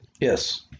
Yes